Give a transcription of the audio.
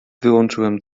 wyłączyłem